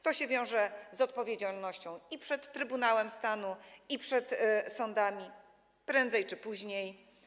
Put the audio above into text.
To wiąże się z odpowiedzialnością i przed Trybunałem Stanu, i przed sądami - prędzej czy później.